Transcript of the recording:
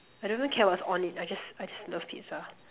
I don't even care what's on it I just I just love pizza